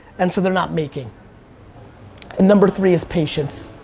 and so they're not making and number three is patience.